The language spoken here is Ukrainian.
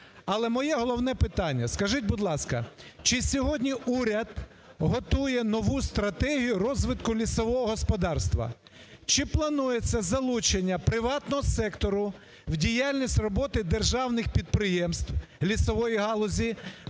Але моє головне питання. Скажіть, будь ласка, чи сьогодні уряд готує нову стратегію розвитку лісового господарства. Чи планується залучення приватного сектору в діяльність роботи державних підприємств лісової галузі,